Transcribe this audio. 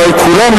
אולי כולם,